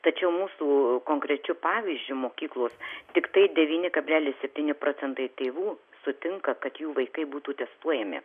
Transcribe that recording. tačiau mūsų konkrečiu pavyzdžiu mokyklos tiktai devyni kablelis septyni procentai tėvų sutinka kad jų vaikai būtų testuojami